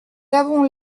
avons